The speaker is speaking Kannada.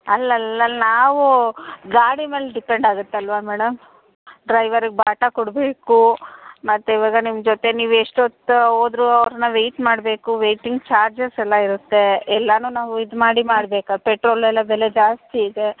ಅಲ್ಲಲ್ಲಲ್ಲ ನಾವು ಗಾಡಿ ಮೇಲೆ ಡಿಪೆಂಡ್ ಆಗುತ್ತಲ್ಲವಾ ಮೇಡಮ್ ಡ್ರೈವರಿಗೆ ಬಾಟಾ ಕೊಡಬೇಕು ಮತ್ತು ಇವಾಗ ನಿಮ್ಮ ಜೊತೆ ನೀವು ಎಷ್ಟೊತ್ತು ಹೋದ್ರೂ ನಾವು ವೆಯ್ಟ್ ಮಾಡಬೇಕು ವೆಯ್ಟಿಂಗ್ ಚಾರ್ಜಸ್ ಎಲ್ಲ ಇರುತ್ತೆ ಎಲ್ಲವೂ ನಾವು ಇದು ಮಾಡಿ ಮಾಡ್ಬೇಕು ಪೆಟ್ರೋಲ್ ಎಲ್ಲ ಬೆಲೆ ಜಾಸ್ತಿ ಇದೆ